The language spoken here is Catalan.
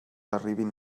arribin